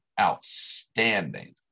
outstanding